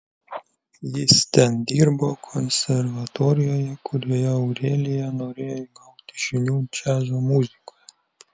jis ten dirbo konservatorijoje kurioje aurelija norėjo įgauti žinių džiazo muzikoje